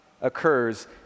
occurs